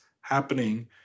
happening